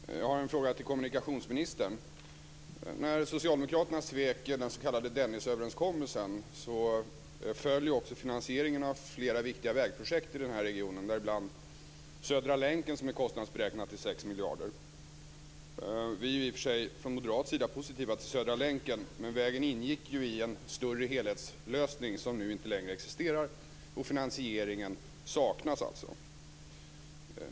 Herr talman! Jag har en fråga till kommunikationsministern. När socialdemokraterna svek den s.k. Dennisöverenskommelsen föll också finansieringen av flera viktiga vägprojekt i regionen, däribland Södra länken, som är kostnadsberäknad till 6 miljarder. Vi är från moderat sida i och för sig positiva till Södra länken. Men vägen ingick i en större helhetslösning som nu inte längre existerar, och finansiering saknas.